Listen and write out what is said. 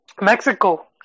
Mexico